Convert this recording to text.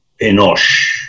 Enosh